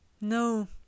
No